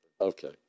Okay